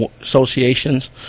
associations